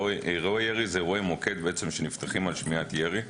אלה אירועי מוקד שנפתחים על שמיעת ירי.